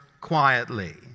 quietly